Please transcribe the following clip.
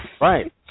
Right